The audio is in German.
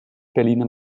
berliner